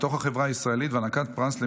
התשפ"ג 2023,